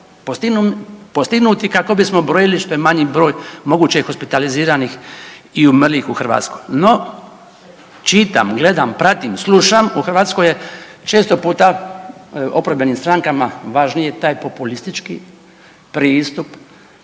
pognuti kako bismo brojali što je manji broj mogućih hospitaliziranih i umrlih u Hrvatskoj. No, čitam, gledam, pratim, slušam u Hrvatskoj je često puta oporbenim strankama važniji taj populistički pristup